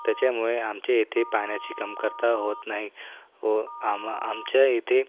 त्याच्यामुळे आमच्या येथे पाण्याची कमतरता होत नाही व आम्हा आमच्या इथे